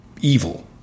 evil